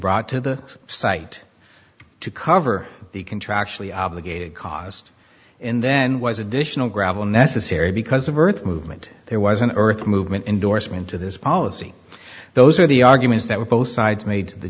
brought to the site to cover the contractually obligated cost and then was additional gravel necessary because of earth movement there was an earth movement endorsement of this policy those are the arguments that were both sides made the